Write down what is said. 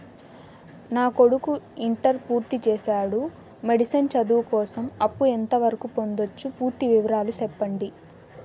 నా కొడుకు ఇంటర్ పూర్తి చేసాడు, మెడిసిన్ చదువు కోసం అప్పు ఎంత వరకు పొందొచ్చు? పూర్తి వివరాలు సెప్పండీ?